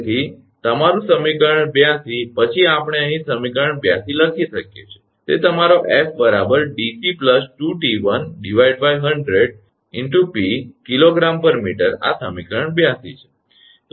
તેથી તમારું સમીકરણ 82 પછી આપણે અહીં સમીકરણ 82 લખી શકીએ છીએ તે તમારો 𝐹 𝑑𝑐 2𝑡1 100 𝑝 𝐾𝑔 𝑚 આ સમીકરણ 82 છે